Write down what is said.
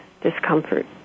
discomfort